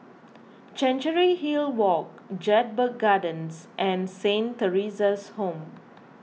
Chancery Hill Walk Jedburgh Gardens and Saint theresa's Home